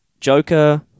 Joker